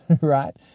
right